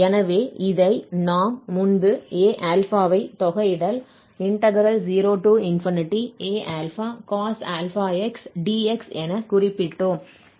எனவே இதை நாம் முன்பு Aα ஐ தொகையிடல் 0Acos ∝x dx என குறிப்பிட்டோம்